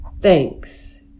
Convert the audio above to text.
Thanks